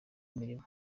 imirimo